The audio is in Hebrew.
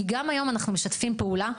כי גם היום אנחנו משתפים פעולה.